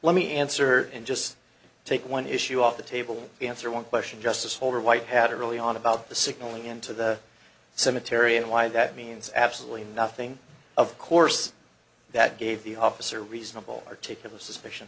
let me answer and just take one issue off the table answer one question justice holder white had early on about the sickeningly into the cemetery and why that means absolutely nothing of course that gave the officer reasonable articulable suspicion